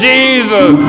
Jesus